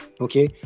okay